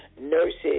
nurses